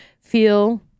feel